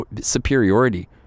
superiority